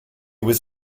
was